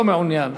לא מעוניין.